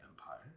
Empire